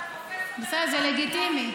זה לגיטימי.